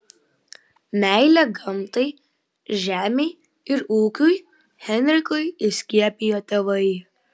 meilę gamtai žemei ir ūkiui henrikui įskiepijo tėvai